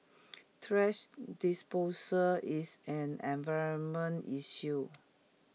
thrash disposal is an environment issue